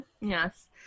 Yes